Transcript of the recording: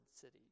city